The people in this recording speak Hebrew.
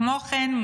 כמו כן,